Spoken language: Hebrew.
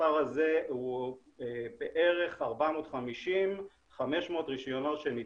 המספר הזה הוא בערך 500-450 רישיונות שניתנו,